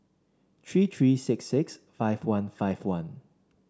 three three six six five one five one